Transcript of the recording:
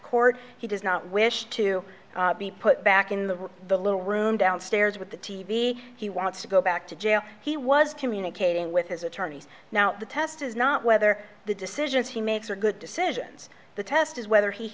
court he does not wish to be put back in the the little room downstairs with the t v he wants to go back to jail he was communicating with his attorneys now the test is not whether the decisions he makes are good decisions the test is whether he